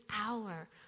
hour